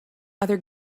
other